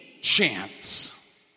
chance